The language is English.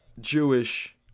Jewish